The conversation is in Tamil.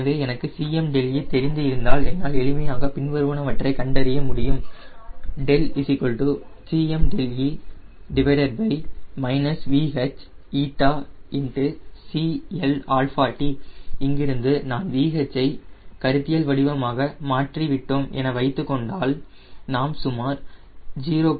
எனவே எனக்கு Cmδe தெரிந்து இருந்தால் என்னால் எளிமையாக பின்வருவனவற்றை கண்டறிய முடியும் 𝜏 Cmδe vH𝜂CLt இங்கிருந்து நான் VH ஐ கருத்தியல் வடிவமாக மாற்றி விட்டோம் என வைத்துக் கொண்டால் நாம் சுமார் 0